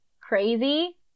crazy